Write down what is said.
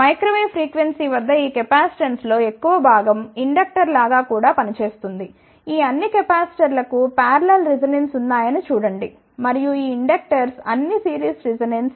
micro wave frequency వద్ద ఈ కెపాసిటెన్స్లో ఎక్కువ భాగం ఇండక్టర్ లాగా కూడా పని చేస్తుంది ఈ అన్ని కెపాసిటర్లకు పారలల్ రెసొనెన్స్ ఉన్నాయని చూడండి మరియు ఈ ఇండక్టర్స్ అన్నీ సిరీస్ రెసొనెన్స్